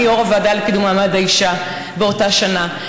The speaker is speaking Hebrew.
ואני יו"ר הוועדה לקידום מעמד האישה באותה שנה.